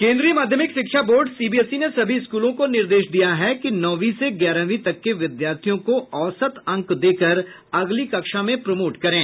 केन्द्रीय माध्यमिक शिक्षा बोर्ड सीबीएसई ने सभी स्कूलों को निर्देश दिया है कि नौंवी से ग्यारहवीं तक के विद्यार्थियों को औसत अंक देकर अगली कक्षा में प्रमोट करें